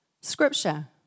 scripture